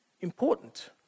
important